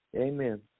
Amen